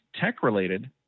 tech-related